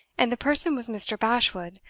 and the person was mr. bashwood,